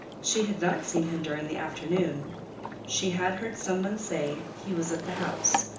she had not seen him during the afternoon she had heard some one say he was at the house,